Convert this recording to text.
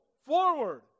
forward